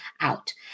out